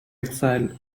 exiled